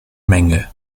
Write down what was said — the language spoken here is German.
menge